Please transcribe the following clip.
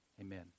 amen